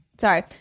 Sorry